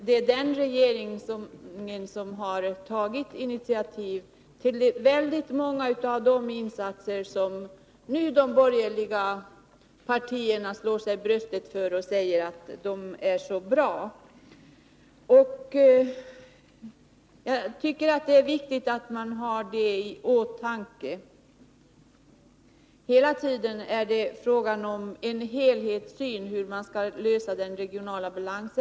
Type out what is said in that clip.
Det är den regeringen som har tagit initiativ till väldigt många av de insatser som gör att de borgerliga partierna nu slår sig för bröstet och säger att de är så bra. Jag tycker att det är viktigt att man har detta i minnet. Det är hela tiden angeläget att man har en helhetssyn när det gäller att åstadkomma en regional balans.